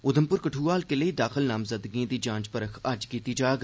उधमपुर कठ्आ हलके लेई दाखल नामज़दगियें दी जांच अज्ज कीती जाग